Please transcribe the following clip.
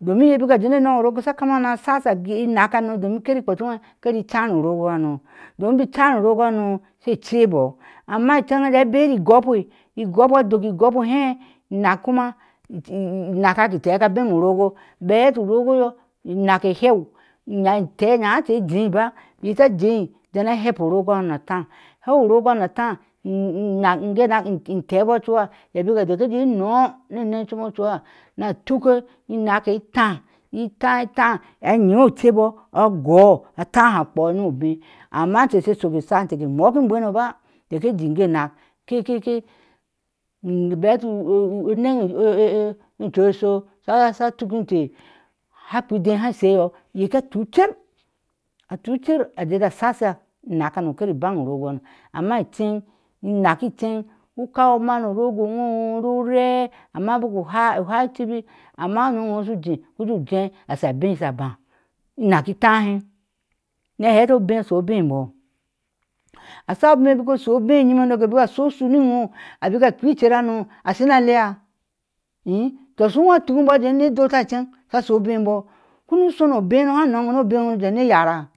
domin iye bik a jee ne ana ad o urogo sha kama na shasha inaak domin kari kpotuweh kari inchan u rogo hano don bik u chao urogo hano she cebu, amma incheŋ hana a bari iggbe igobo a duk igobo hee inaak kuma oak aak aak a bema o urego bubeti urogo já. inaak a hew inaak intee neháá cha jeba iye ta dee dena hepo urogo hano a táá heu urogo hano afaa inaak ige naak intɛɛ bu cuha a dak a jee ne na neŋ coma cuha na tuk o inaake i toh itaa onyi ocebu aguú a tál ha akpu noɔ shɔɔ obee, amma inteh she shuk asha inteh ke muk iŋwɛno ba heji. ingeenak i bu heti u anaɔ ocu tu ucer a tu ucer a je ja sha shshak inaakhaɔkara baɔo urogo hano, amma eceŋ inaak e ceŋ u kau amaŋ o urogo ŋo rure, amma buk u hai icibi, amma onom owɔɔ shu je shu juje asa abe sha abej inaak i tahe na heti oba shɔɔ obee ebɔɔ osha obee bik o sho obee nyime, unake buk a shu u shuri ɔ bik a kpea kerhano shina alea i tɔ ashu uweeh tuk ibɔɔ a jee nine duta ceŋsha a bee ebɔɔ shunu ahoɔ obee na ha nɔɔ́ no abee ewɔɔ nu ne yara.